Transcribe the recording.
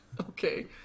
Okay